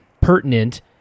pertinent